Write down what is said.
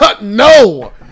No